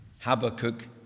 Habakkuk